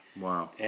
Wow